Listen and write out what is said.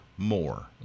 More